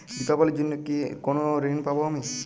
দীপাবলির জন্য কি কোনো ঋণ পাবো আমি?